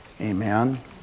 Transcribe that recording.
Amen